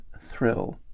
thrill